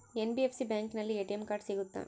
NBFC ಬ್ಯಾಂಕಿನಲ್ಲಿ ATM card ಸಿಗುತ್ತಾ?